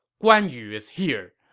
guan yu is here.